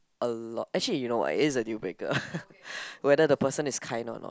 a lot actually you know what it is a dealbreaker whether the person is kind or not